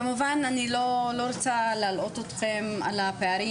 כמובן אני לא רוצה להלאות אתכם בפערים